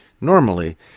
normally